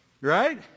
Right